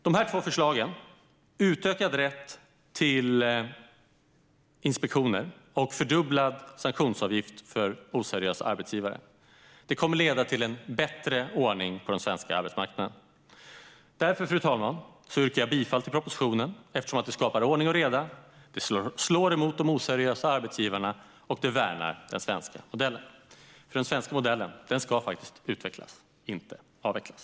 De två förslagen - utökad rätt till inspektioner och fördubblad sanktionsavgift för oseriösa arbetsgivare - kommer att leda till en bättre ordning på den svenska arbetsmarknaden. Fru talman! Därför yrkar jag bifall till propositionen. Den skapar ordning och reda, den slår emot de oseriösa arbetsgivarna och den värnar den svenska modellen. Den svenska modellen ska utvecklas, inte avvecklas.